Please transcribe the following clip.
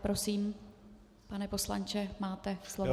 Prosím, pane poslanče, máte slovo.